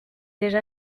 déjà